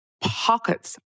pockets